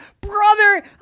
brother